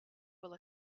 will